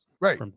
right